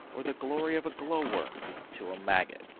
or the glory of a glowworm, to a maggot.